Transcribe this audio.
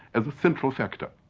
as a central factor,